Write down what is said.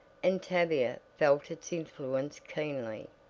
and tavia felt its influence keenly.